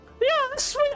Yes